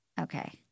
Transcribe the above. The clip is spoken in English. Okay